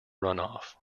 runoff